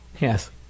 Yes